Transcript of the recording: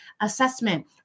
assessment